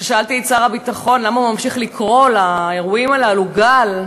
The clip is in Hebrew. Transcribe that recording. כששאלתי את שר הביטחון למה הוא ממשיך לקרוא לאירועים הללו גל,